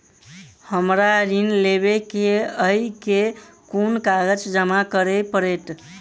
हमरा ऋण लेबै केँ अई केँ कुन कागज जमा करे पड़तै?